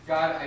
God